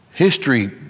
History